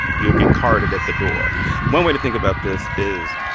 you'll get carded at the door one way to think about this is,